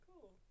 cool